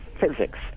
physics